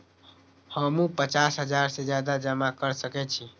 हमू पचास हजार से ज्यादा जमा कर सके छी?